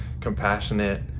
compassionate